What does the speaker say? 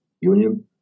Union